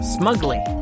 Smugly